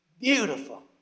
beautiful